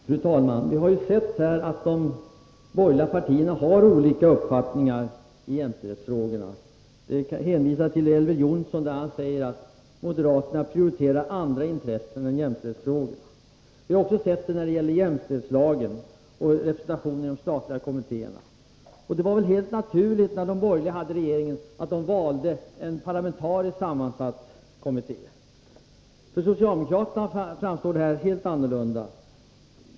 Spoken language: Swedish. Fru talman! Vi har hört att de borgerliga partierna har olika uppfattningar i jämställdhetsfrågorna. Jag kan hänvisa till Elver Jonsson, som säger att moderaterna prioriterar andra intressen än jämställdhetsfrågor. Vi har kunnat konstatera det när det gäller jämställdhetslagen och frågan om representation i de statliga kommittéerna. Det var helt naturligt att de borgerliga, när de hade regeringsmakten, valde en parlamentariskt sammansatt kommitté. För socialdemokraterna framstår det hela som helt annorlunda.